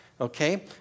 okay